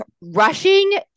rushing